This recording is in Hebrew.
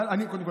קודם כול,